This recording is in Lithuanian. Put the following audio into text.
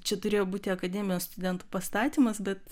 čia turėjo būti akademijos studentų pastatymas bet